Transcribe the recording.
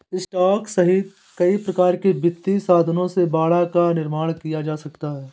stock सहित कई प्रकार के वित्तीय साधनों से बाड़ा का निर्माण किया जा सकता है